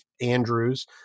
Andrews